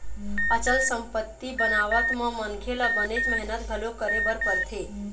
अचल संपत्ति बनावत म मनखे ल बनेच मेहनत घलोक करे बर परथे